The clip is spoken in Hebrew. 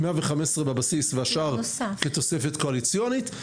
115 בבסיס והשאר כתוספת קואליציונית.